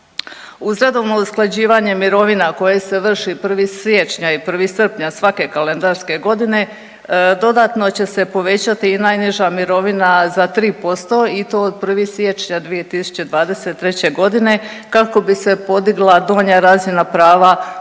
Uz redovno usklađivanje mirovina koje se vrši 1. siječnja i 1. srpnja svake kalendarske godine dodatno će se povećati i najniža mirovina za 3% i to od 1. siječnja 2023. g. kako bi se podigla donja razina prava u